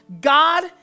God